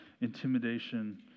intimidation